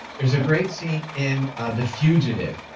there's a great scene in the fugitive,